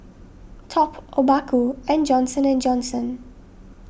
Top Obaku and Johnson and Johnson